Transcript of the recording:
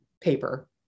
paper